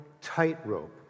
tightrope